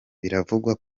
biravugwa